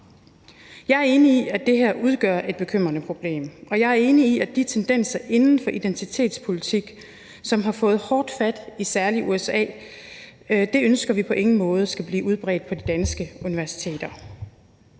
Jeg er enig i, at det her udgør et bekymrende problem, og jeg er enig i, at vi på ingen måde ønsker, at de tendenser inden for identitetspolitik, som har fået hårdt fat særlig i USA, skal blive udbredt på de danske universiteter.